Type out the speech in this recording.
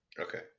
okay